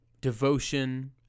devotion